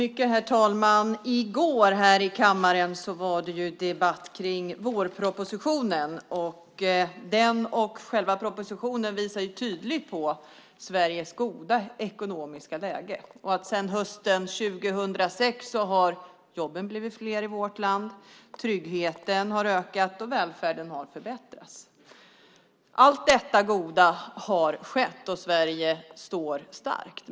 Herr talman! I går var det debatt här i kammaren om vårpropositionen. Den och propositionen visar tydligt Sveriges goda ekonomiska läge. Sedan hösten 2006 har jobben blivit fler i vårt land, tryggheten har ökat och välfärden har förbättrats. Allt detta goda har skett och Sverige står starkt.